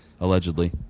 allegedly